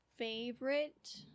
Favorite